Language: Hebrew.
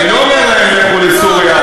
אני לא אומר להם לכו לסוריה.